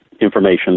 information